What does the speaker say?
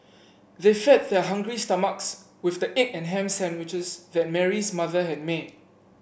they fed their hungry stomachs with the egg and ham sandwiches that Mary's mother had made